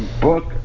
book